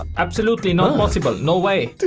absolutely not possible. no way.